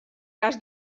cas